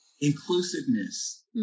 inclusiveness